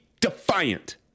defiant